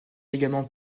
également